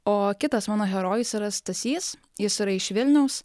o kitas mano herojus yra stasys jis yra iš vilniaus